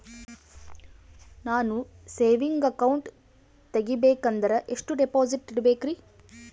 ನಾನು saving account ತೆಗಿಬೇಕಂದರ ಎಷ್ಟು ಡಿಪಾಸಿಟ್ ಇಡಬೇಕ್ರಿ?